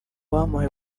wampaye